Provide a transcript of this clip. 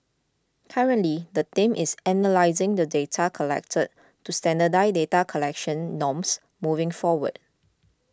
currently the team is analysing the data collected to standardise data collection norms moving forward